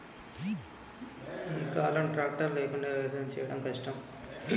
ఈ కాలం లో ట్రాక్టర్ లేకుండా వ్యవసాయం చేయడం కష్టం